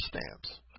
stamps